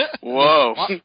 Whoa